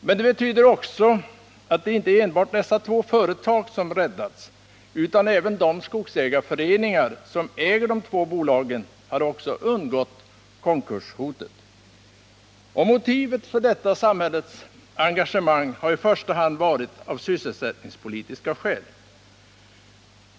Men det betyder också att det inte är enbart dessa två företag som räddas, utan även de skogsägarföreningar som äger dessa bolag kommer att undgå konkurshotet. Motivet för detta samhällets engagemang har i första hand grundats på sysselsättningspolitiska bedömningar.